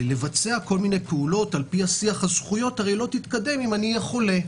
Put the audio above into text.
לבצע כל מיני פעולות על פי שיח הזכויות לא תתקדם אם אני אהיה חולה.